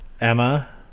Emma